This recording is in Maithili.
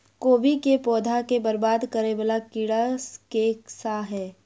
कोबी केँ पौधा केँ बरबाद करे वला कीड़ा केँ सा है?